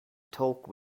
talk